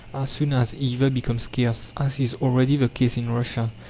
soon as either becomes scarce, as is already the case in russia.